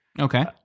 Okay